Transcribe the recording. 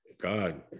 god